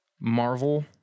Marvel